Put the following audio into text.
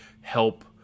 help